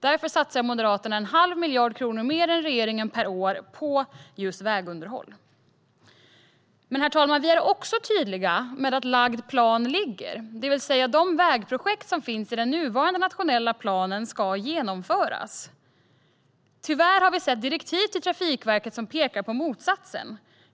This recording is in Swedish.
Därför satsar Moderaterna en halv miljard kronor mer än regeringen per år på vägunderhåll. Men, herr talman, vi är också tydliga med att lagd plan ligger, det vill säga att de vägprojekt som finns i den nuvarande nationella planen ska genomföras. Tyvärr har vi sett direktiv till Trafikverket som pekar på motsatsen.